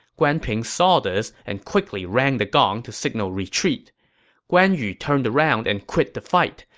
guan ping saw this and quickly rang the gong to signal retreat guan yu turned around and quit the fight.